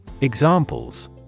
Examples